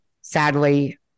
sadly